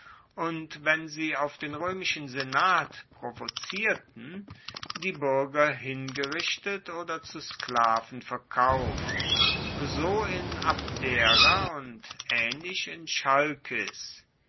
und wenn sie auf den roemischen senat provozierten die buerger hingerichtet oder zu sklaven verkauft so in abdera und aehnlich in